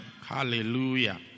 hallelujah